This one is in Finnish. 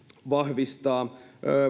vahvistaa